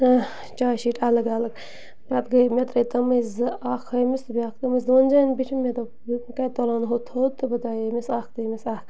چاے شیٖٹ الگ الگ پتہٕ گٔے مےٚ ترٛٲے تِمَے زٕ اَکھ ہُمِس تہٕ بیٛاکھ تٔمِس ؤنۍ زِ بہٕ وُچھٕ مےٚ دوٚپ بہٕ کَتہِ تُلن ہُو تھوٚد تہٕ بہٕ دپہٕ یٔمِس اَکھ تہٕ ییٚمِس اکھ